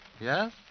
Yes